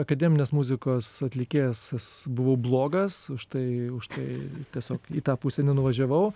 akademinės muzikos atlikėjas buvo blogas užtai užtai tiesiog į tą pusę nenuvažiavau